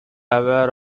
aware